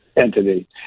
entity